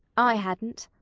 i hadn't.